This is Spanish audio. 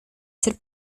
ser